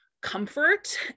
comfort